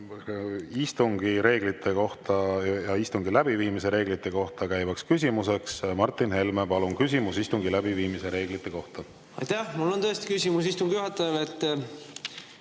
saa ka seda lugeda istungi läbiviimise reeglite kohta käivaks küsimuseks. Martin Helme, palun, küsimus istungi läbiviimise reeglite kohta! Mul on tõesti küsimus, istungi juhataja.